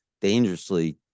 dangerously